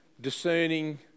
discerning